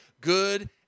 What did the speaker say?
good